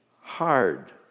hard